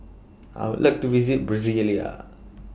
I Would like to visit Brasilia